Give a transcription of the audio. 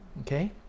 Okay